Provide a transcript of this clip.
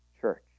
church